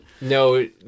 no